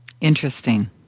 Interesting